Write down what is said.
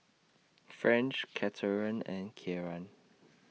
French Cathern and Kieran